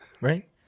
right